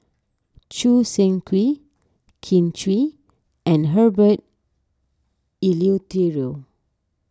Choo Seng Quee Kin Chui and Herbert Eleuterio